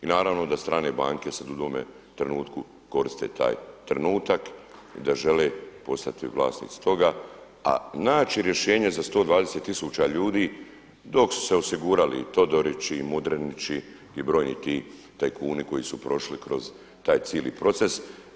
I naravno da strane banke sada u ovome trenutku koriste taj trenutak i da žele postati vlasnici toga, a naći rješenje za 120 tisuća ljudi, dok su se osigurali Todorići i Mudrinići i brojni ti tajkuni koji su prošli kroz taj cijeli proces.